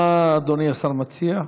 מה אדוני השר מציע?